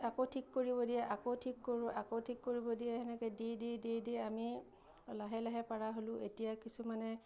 আকৌ ঠিক কৰিব দিয়ে আকৌ ঠিক কৰোঁ আকৌ ঠিক কৰিব দিয়ে সেনেকৈ দি দি দি দি আমি লাহে লাহে পৰা হ'লো এতিয়া কিছুমানে